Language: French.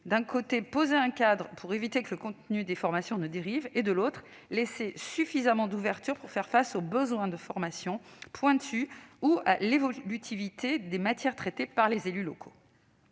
d'un côté, poser un cadre pour éviter que le contenu des formations ne dérive et, de l'autre, laisser suffisamment d'ouverture pour faire face aux besoins de formation pointue ou à l'évolutivité des matières traitées par les élus locaux.